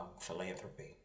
philanthropy